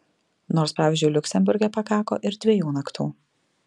nors pavyzdžiui liuksemburge pakako ir dviejų naktų